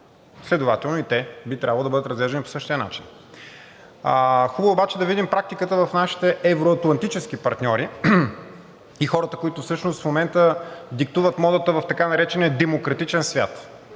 следователно и те би трябвало да бъдат разглеждани по същия начин. Хубаво е обаче да видим практиката в нашите евро-атлантически партньори и хората, които всъщност в момента диктуват модата в така наречения демократичен свят.